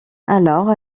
alors